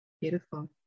Beautiful